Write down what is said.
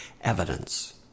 evidence